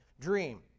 dream